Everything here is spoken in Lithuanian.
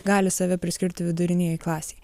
gali save priskirti viduriniajai klasei